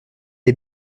est